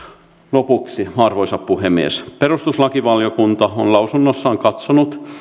lopuksi arvoisa puhemies perustuslakivaliokunta on lausunnossaan katsonut